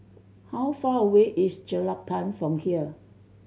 how far away is Jelapang from here